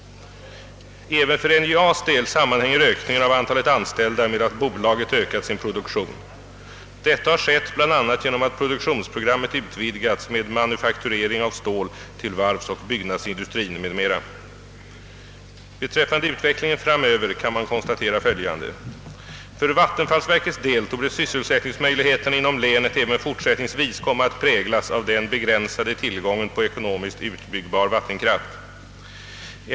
Även för NJA:s del sammanhänger ökningen av antalet anställda med att bolaget ökat sin produktion. Detta har skett bl.a. genom att produktionsprogrammet utvidgats med manufakturering av stål till varvsoch byggnadsindustrin m.m. Beträffande utvecklingen framöver kan man konstatera följande. För vattenfallsverkets del torde sysselsättningsmöjligheterna inom =<:länet även fortsättningsvis komma att präglas av den begränsade tillgången på ekonomiskt utbyggbar vattenkraft.